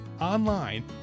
online